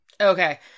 Okay